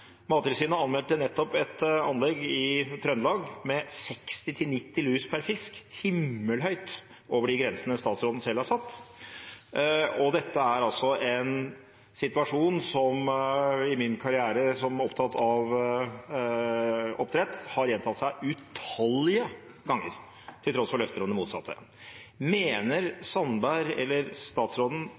Mattilsynet anmeldte nettopp et anlegg i Trøndelag med 60–90 lus per fisk – himmelhøyt over de grensene statsråden selv har satt. Dette er en situasjon som i min karriere, som opptatt av oppdrett, har gjentatt seg utallige ganger til tross for løfter om det motsatte. Mener